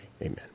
Amen